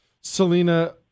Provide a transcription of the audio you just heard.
Selena